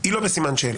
היא לא בסימן שאלה.